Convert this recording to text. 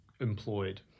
employed